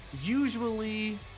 Usually